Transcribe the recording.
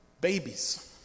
babies